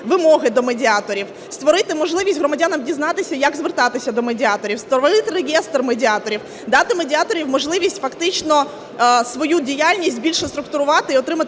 вимоги до медіаторів, створити можливість громадянам дізнатися, як звертатися до медіаторів, створити реєстр медіаторів, дати медіаторам можливість фактично свою діяльність більше структурувати і отримати